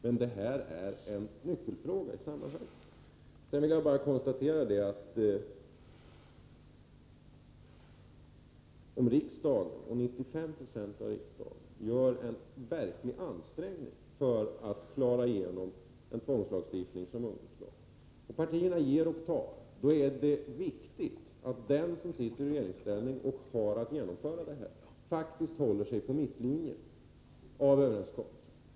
Men lärlingsutbildningen är en nyckelfråga i sammanhanget. Om 95 96 av riksdagen gör en verklig ansträngning för att få igenom en tvångslagstiftning som den om ungdomslag och partierna ger och tar, då är det viktigt att den som sitter i regeringsställning och har att genomföra överenskommelsen faktiskt håller sig på mittlinjen.